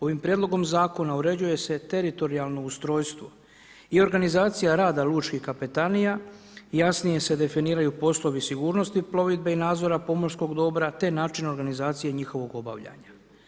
Ovim prijedlogom zakona uređuje se teritorijalno ustrojstvo i organizacija rada lučkih kapetanija, jasnije se definiraju poslovi sigurnosti plovidbe i nadzora pomorskog dobra te načina organizacije njihovog obavljanja.